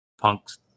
punks